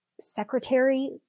secretary